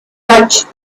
watched